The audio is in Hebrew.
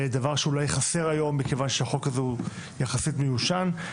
זה דבר שאולי חסר היום מכיוון שהחוק הזה הוא יחסית מיושן.